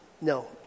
No